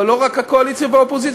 אבל לא רק הקואליציה והאופוזיציה,